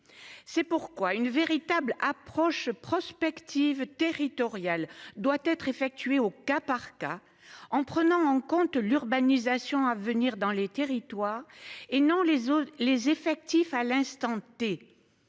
C'est pourquoi une véritable approche prospective territoriale doit être effectué au cas par cas, en prenant en compte l'urbanisation à venir dans les territoires et non les zones les effectifs à l'instant T.